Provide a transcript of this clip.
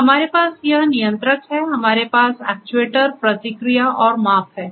तो हमारे पास यह नियंत्रक है हमारे पास एक्चुएटर प्रक्रिया और माप है